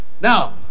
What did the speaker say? now